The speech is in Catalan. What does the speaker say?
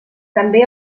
també